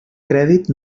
crèdit